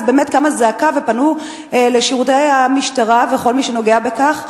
אז באמת קמה זעקה ופנו לשירותי המשטרה וכל מי שנוגע בכך,